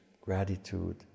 gratitude